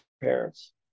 parents